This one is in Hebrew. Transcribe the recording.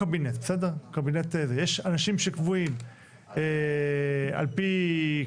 הוא נתן דוגמה קודם על פתיחת